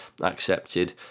accepted